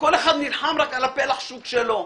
כל אחד נלחם רק על פלח השוק שלו.